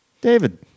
David